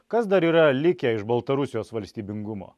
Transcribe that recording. kas dar yra likę iš baltarusijos valstybingumo